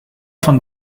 von